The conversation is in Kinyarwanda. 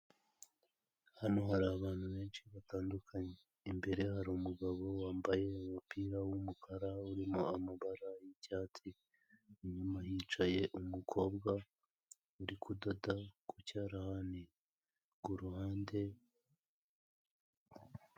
Hano hari abantu benshi batandukanye, imbere hari umugabo wambaye umupira w'umukara urimo amabara y'icyatsi, inyuma hicaye umukobwa uri kudoda ku cyarahani ku ruhande.